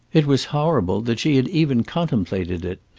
it was horrible that she had even contemplated it.